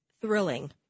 thrilling